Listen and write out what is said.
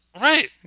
Right